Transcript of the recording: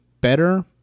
better